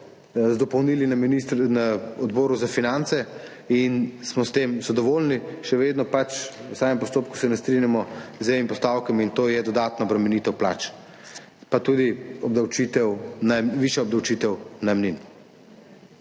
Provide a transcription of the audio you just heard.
z dopolnili na Odboru za finance in smo s tem zadovoljni. Še vedno pa se v samem postopku ne strinjamo z določenimi postavkami, in to je dodatna obremenitev plač, pa tudi višja obdavčitev najemnin.